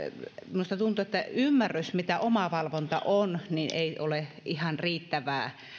minusta tuntuu että ymmärrys siitä mitä omavalvonta on ei ole ihan riittävää